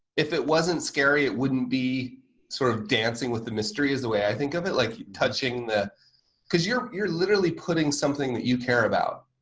if it wasn't scary, it wouldn't be sort of dancing with the mystery is the way i think of it like touching because you're you're literally putting something that you care about